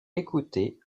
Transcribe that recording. écouter